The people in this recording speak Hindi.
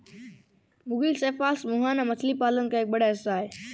मुगिल सेफालस मुहाना मछली पालन का एक बड़ा हिस्सा है